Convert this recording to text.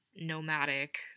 nomadic